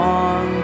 on